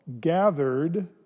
gathered